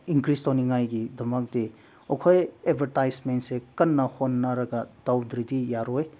increase ꯇꯧꯅꯤꯡꯉꯥꯏꯒꯤꯗꯃꯛꯇꯤ ꯑꯩꯈꯣꯏ ꯑꯦꯠꯚꯔꯇꯥꯏꯖꯃꯦꯟꯁꯦ ꯀꯟꯅ ꯍꯣꯠꯅꯔꯒ ꯇꯧꯗ꯭ꯔꯗꯤ ꯌꯥꯔꯣꯏ